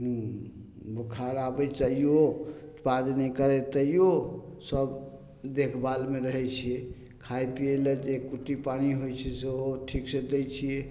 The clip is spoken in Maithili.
बोखार आबय तैयो पाज नहि करय तैयो सब देखभालमे रहय छियै खाय पीयै लए जे कुट्टि पानि होइ छै सेहो ठीकसँ दै छियै